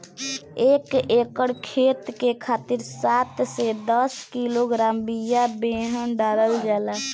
एक एकर खेत के खातिर सात से दस किलोग्राम बिया बेहन डालल जाला?